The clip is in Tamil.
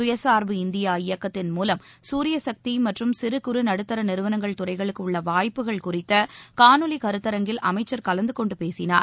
சுயசார்பு இந்தியா இயக்கத்தின் மூலம் சூரிய சக்தி மற்றும் சிறு குறு நடுத்தா நிறுவனங்கள் துறைகளுக்கு உள்ள வாய்ப்புகள் குறித்த காணொலி கருத்தரங்கில் அமைச்சர் கலந்து கொண்டு பேசினார்